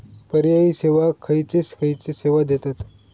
पर्यायी बँका खयचे खयचे सेवा देतत?